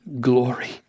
glory